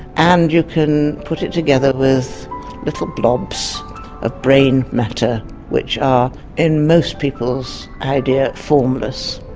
and you can put it together with little blobs of brain matter which are in most people's idea formless,